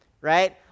right